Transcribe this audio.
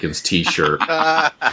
t-shirt